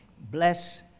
Bless